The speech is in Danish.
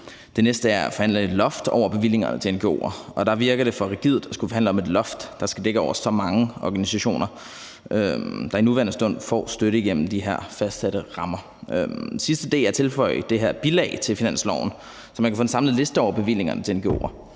Det næste er at forhandle et loft over bevillingerne til ngo'er. Der virker det for rigidt at skulle forhandle om et loft, der skal dække så mange organisationer, der i nuværende stund får støtte igennem de her fastsatte rammer. Det sidste er at tilføje det her bilag til finansloven, så man kan få en samlet liste over bevillingerne til ngo'er.